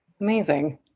Amazing